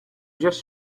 just